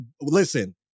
listen